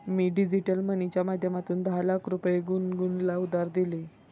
मी digital मनीच्या माध्यमातून दहा लाख रुपये गुनगुनला उधार दिले